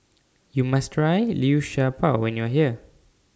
YOU must Try Liu Sha Bao when YOU Are here